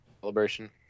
celebration